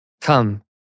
Come